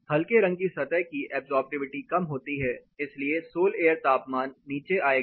हल्के रंग की सतह की ऐब्सॉर्प्टिविटी कम होती है इसलिए सोल एयर तापमान नीचे आएगा